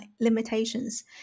limitations